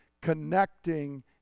connecting